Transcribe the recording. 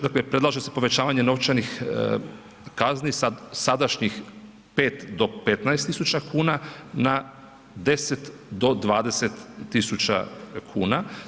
Dakle, predlaže se povećavanja novčanih kazni sa sadašnjih 5 do 15 tisuća kuna na 10 do 20 tisuća kuna.